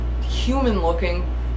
human-looking